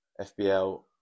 FBL